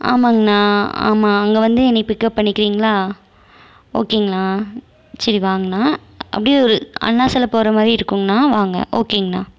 ஆமாங்கண்ணா ஆமாம் அங்கே வந்து என்னை பிக்கப் பண்ணிக்கிறீங்களா ஓகேங்கண்ணா சரி வாங்கண்ணா அப்படியே ஒரு அண்ணா சாலை போகிற மாதிரி இருக்குங்கண்ணா வாங்க ஓகேங்கண்ணா